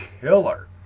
killer